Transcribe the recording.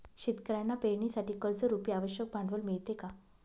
शेतकऱ्यांना पेरणीसाठी कर्जरुपी आवश्यक भांडवल मिळते का?